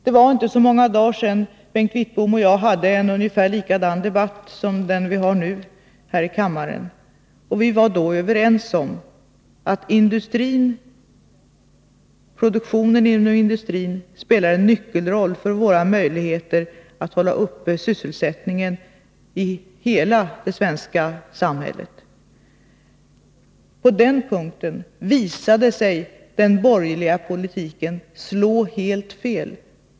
Det var inte så många dagar sedan som Bengt Wittbom och jag hade ungefär en likadan debatt som den vi nu för här i kammaren. Vi var då överens om att produktionen inom industrin spelar en nyckelroll för våra möjligheter att hålla uppe sysselsättningen i hela det svenska samhället. På den punkten visade sig den borgerliga politiken slå helt fel.